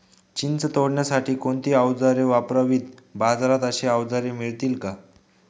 चिंच तोडण्यासाठी कोणती औजारे वापरावीत? बाजारात अशी औजारे मिळतात का?